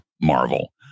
Marvel